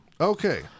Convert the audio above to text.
Okay